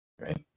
right